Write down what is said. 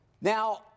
Now